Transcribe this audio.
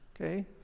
Okay